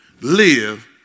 live